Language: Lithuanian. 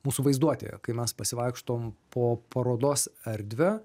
mūsų vaizduotėje kai mes pasivaikštom po parodos erdvę